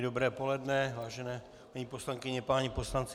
Dobré poledne, vážené paní poslankyně, páni poslanci.